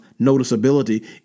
noticeability